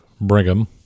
Brigham